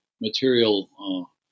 material